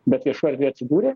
bet viešoj erdvėj atsidūrė